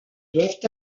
doivent